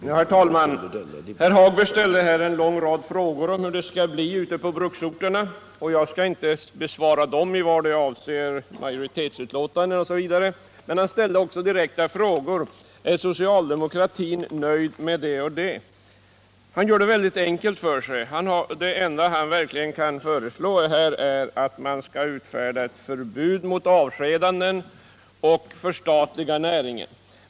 Herr talman! Herr Hagberg ställde här en lång rad frågor om hur det skall bli ute på bruksorterna. Jag skall inte besvara dem i vad avser majoritetsbetänkandet. Men han ställde också direkta frågor: Är socialdemokratin nöjd med det och det? Han gör det väldigt enkelt för sig. Det enda han verkligen kan föreslå här är att man skall utfärda ett förbud mot avskedanden och förstatliga näringen.